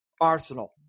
Arsenal